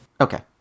okay